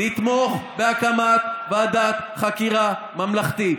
נתמוך בהקמת ועדת חקירה ממלכתית.